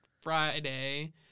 Friday